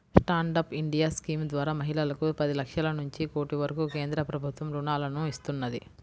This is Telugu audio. స్టాండ్ అప్ ఇండియా స్కీమ్ ద్వారా మహిళలకు పది లక్షల నుంచి కోటి వరకు కేంద్ర ప్రభుత్వం రుణాలను ఇస్తున్నది